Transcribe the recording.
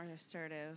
assertive